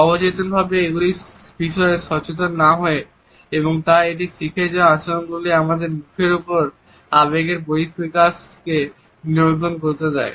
অবচেতনভাবে এগুলির বিষয়ে সচেতন না হয়ে এবং তাই এই শিখে যাওয়া আচরণগুলি আমাদের মুখের ওপর আবেগের বহিঃপ্রকাশকে নিয়ন্ত্রণ করতে দেয়